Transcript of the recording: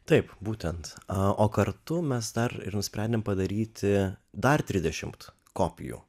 taip būtent o kartu mes dar ir nusprendėm padaryti dar trisdešimt kopijų